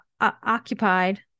Occupied